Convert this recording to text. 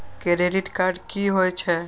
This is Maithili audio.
क्रेडिट कार्ड की होय छै?